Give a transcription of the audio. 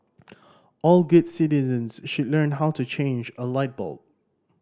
all good citizens should learn how to change a light bulb